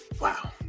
Wow